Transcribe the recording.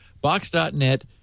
Box.net